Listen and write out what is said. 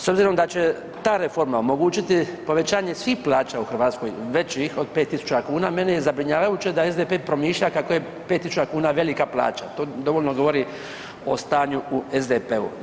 S obzirom da će ta reforma omogućiti povećanje svih plaća u Hrvatskoj većih od 5.000 kuna meni je zabrinjavajuće da SDP promišlja kako je 5.000 kuna velika plaća, to dovoljno govori o stanju u SDP-u.